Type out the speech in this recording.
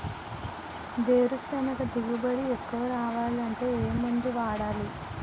వేరుసెనగ దిగుబడి ఎక్కువ రావాలి అంటే ఏ మందు వాడాలి?